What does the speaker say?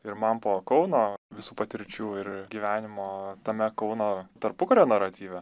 ir man po kauno visų patirčių ir gyvenimo tame kauno tarpukario naratyve